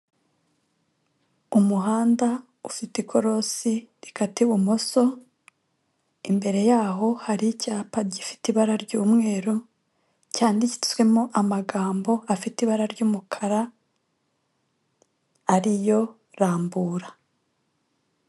Umuhanda ufite ikororosi rikata ibumoso, imbere yaho hari icyapa gifite ibara ry'umweru cyanditswemo amagambo afite ibara ry'umukara ari yo rambura.